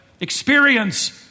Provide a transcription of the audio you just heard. experience